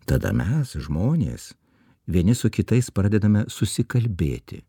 tada mes žmonės vieni su kitais pradedame susikalbėti